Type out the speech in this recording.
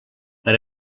per